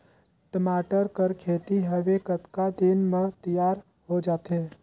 टमाटर कर खेती हवे कतका दिन म तियार हो जाथे?